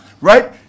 Right